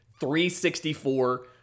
364